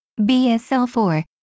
BSL-4